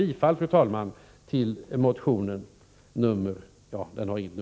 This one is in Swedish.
Jag yrkar bifall till reservationen.